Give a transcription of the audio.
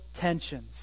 tensions